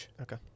Okay